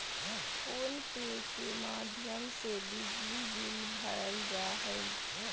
phone पे के माध्यम से बिजली बिल भरल जा हय